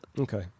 okay